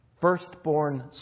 Firstborn